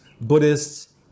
Buddhists